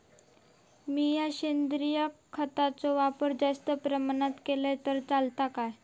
मीया सेंद्रिय खताचो वापर जास्त प्रमाणात केलय तर चलात काय?